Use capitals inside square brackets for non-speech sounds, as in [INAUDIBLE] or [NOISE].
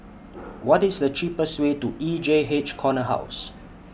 [NOISE] What IS The cheapest Way to E J H Corner House